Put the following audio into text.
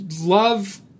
love